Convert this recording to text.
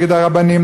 נגד הרבנים,